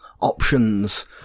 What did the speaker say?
options